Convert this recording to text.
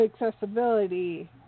accessibility